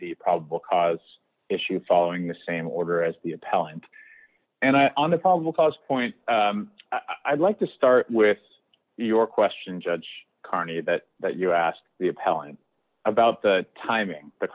the probable cause issue following the same order as the appellant and i on the palm will cause point i'd like to start with your question judge carney that that you asked the appellant about the timing the